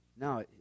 No